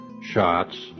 shots